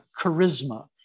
charisma